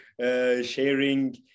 sharing